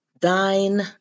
Thine